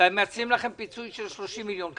ומציעים לכם פיצוי של 30 מיליון שקל.